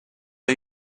are